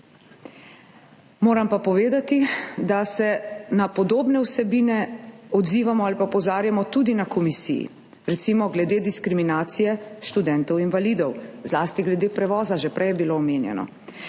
moram pa povedati, da se na podobne vsebine odzivamo ali [nanje] opozarjamo tudi na komisiji. Recimo glede diskriminacije študentov invalidov, zlasti glede prevoza, že prej je bilo omenjeno.